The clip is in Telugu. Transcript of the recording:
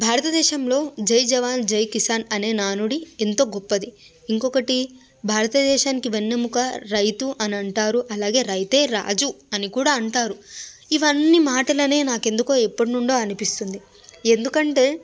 భారతదేశంలో జై జవాన్ జై కిసాన్ అనే నానుడి ఎంతో గొప్పది ఇంకొకటి భారతదేశానికి వెన్నెముక రైతు అని అంటారు అలాగే రైతే రాజు అని కూడా అంటారు ఇవన్నీ మాటలనే నాకెందుకో ఎప్పటినుండో అనిపిస్తుంది ఎందుకంటే